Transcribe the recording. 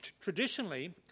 traditionally